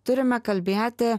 turime kalbėti